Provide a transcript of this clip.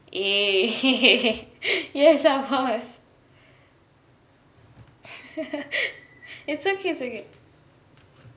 eh yes of course it's okay it's okay